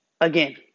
again